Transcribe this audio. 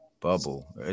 Bubble